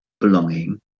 belonging